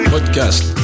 Podcast